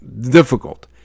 Difficult